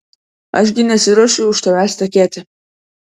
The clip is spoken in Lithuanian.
aš gi nesiruošiu už tavęs tekėti